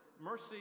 mercy